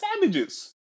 savages